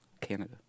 Canada